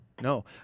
no